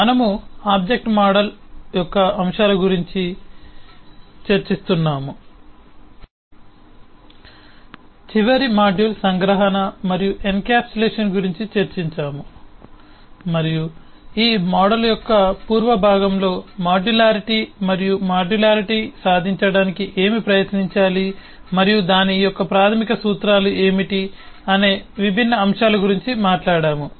మనము object model యొక్క అంశాల గురించి చర్చిస్తున్నాము చివరి మాడ్యూల్ సంగ్రహణ మరియు ఎన్కప్సులేషన్ గురించి చర్చించాము మరియు ఈ మోడల్ యొక్క పూర్వ భాగంలో మాడ్యులారిటీ మరియు మాడ్యులారిటీ సాధించడానికి ఏమి ప్రయత్నించాలి మరియు దాని యొక్క ప్రాథమిక సూత్రాలు ఏమిటి అనే విభిన్న అంశాల గురించి మాట్లాడాము